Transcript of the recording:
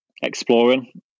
exploring